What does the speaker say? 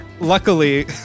Luckily